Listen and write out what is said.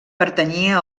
pertanyia